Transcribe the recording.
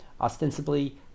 ostensibly